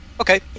okay